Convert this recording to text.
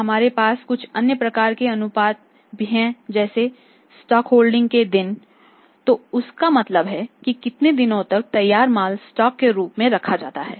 फिर हमारे पास कुछ अन्य प्रकार के अनुपाती हैं जैसे स्टॉक होल्डिंग के दिन तो इसका मतलब है कि कितने दिनों तक तैयार माल स्टॉक के रूप में रखा जाता है